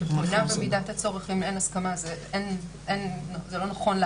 אם אין הסכמה, זה לא נכון להחזיר.